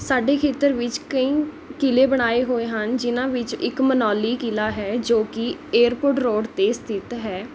ਸਾਡੇ ਖੇਤਰ ਵਿੱਚ ਕਈ ਕਿਲ੍ਹੇ ਬਣਾਏ ਹੋਏ ਹਨ ਜਿਹਨਾਂ ਵਿੱਚ ਇੱਕ ਮਨਾਲੀ ਕਿਲ੍ਹਾ ਹੈ ਜੋ ਕਿ ਏਅਰਪੋਰਟ ਰੋਡ 'ਤੇ ਸਥਿਤ ਹੈ